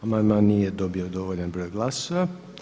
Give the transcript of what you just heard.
Amandman nije dobio dovoljan broj glasova.